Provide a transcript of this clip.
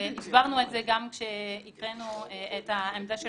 הסברנו את זה גם כשהקראנו את העמדה של